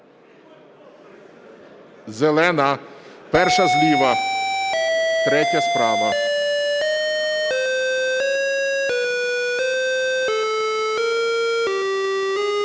Зелена – перша зліва, третя справа.